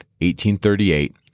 1838